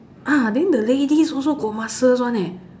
ah then the ladies also got muscles [one] leh